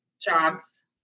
jobs